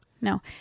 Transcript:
No